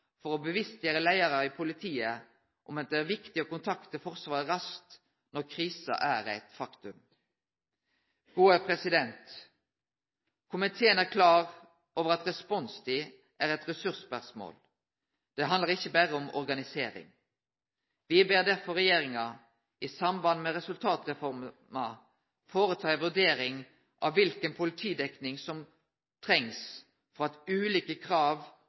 for å bevisstgjere leiarar i politiet om at det er viktig å kontakte Forsvaret raskt når krisa er eit faktum. Komiteen er klar over at responstid er eit ressursspørsmål – det handlar ikkje berre om organisering. Me ber derfor regjeringa i samband med resultatreforma foreta ei vurdering av kva for politidekning som trengst for at ulike krav